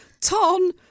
ton